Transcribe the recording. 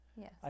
Yes